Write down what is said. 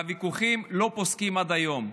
והוויכוחים לא פוסקים עד היום.